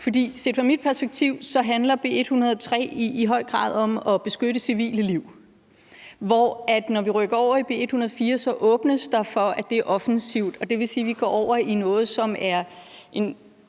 For set fra mit perspektiv handler B 103 høj grad om at beskytte civile liv, hvor der, når vi rykker over i B 104, åbnes for, at det er offensivt. Det vil sige, at vi går over i noget, som er en,